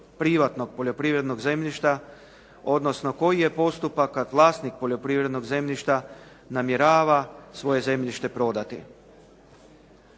privatnog poljoprivrednog zemljišta, odnosno koji je postupak kada vlasnik poljoprivrednog zemljišta namjerava svoje zemljište prodati.